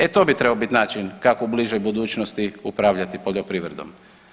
E to bi trebao biti način kako u bližoj budućnosti upravljati poljoprivredom.